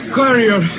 courier